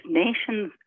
nations